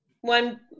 one